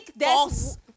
false